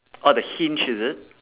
orh the hinge is it